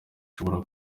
ashobora